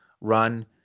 run